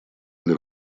для